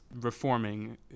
reforming